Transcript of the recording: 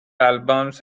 albums